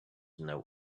know